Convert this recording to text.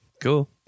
Cool